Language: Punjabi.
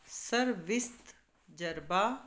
ਸਰਵਿਸ ਤਜਰਬਾ